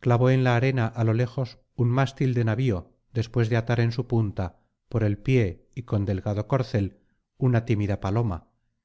clavó en la arena á lo lejos un mástil de navio después de atar en su punta por el pie y con delgado cordel una tímida paloma